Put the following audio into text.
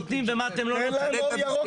תן להם אור ירוק לירות.